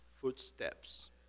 footsteps